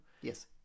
Yes